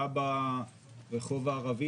לפשיעה ברחוב הערבי,